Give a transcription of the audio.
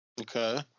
okay